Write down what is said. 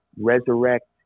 resurrect